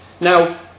now